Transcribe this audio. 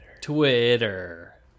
Twitter